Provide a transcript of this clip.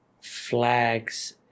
flags